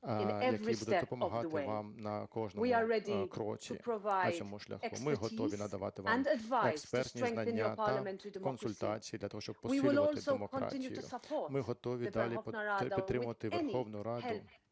на цьому шляху. Ми готові надавати вам експертні знання та консультації для того, щоб посилювати демократію. Ми готові далі підтримувати Верховну Раду